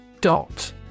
Dot